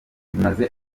bimaze